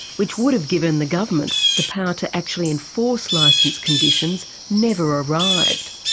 which would have given the government the power to actually enforce license conditions, never arrived.